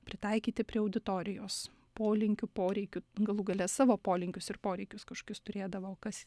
pritaikyti prie auditorijos polinkių poreikių galų gale savo polinkius ir poreikius kažkius turėdavo kas